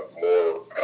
more